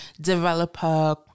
developer